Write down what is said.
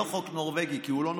זה לא חוק נורבגי, כי הוא לא נורבגי.